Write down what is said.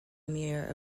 amir